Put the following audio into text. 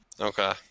Okay